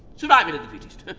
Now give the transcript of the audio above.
survival of the fittest,